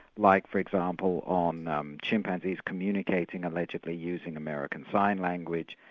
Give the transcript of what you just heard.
like for example on chimpanzees communicating allegedly using american sign language,